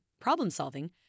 problem-solving